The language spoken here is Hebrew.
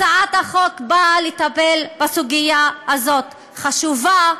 הצעת החוק באה לטפל בסוגיה הזאת, חשובה,